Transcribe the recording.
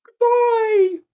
Goodbye